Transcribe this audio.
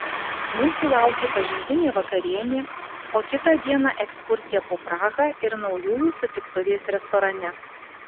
mūsų laukė pažintinė vakarienė o kitą dieną ekskursija po prahą ir naujųjų sutiktuvės restorane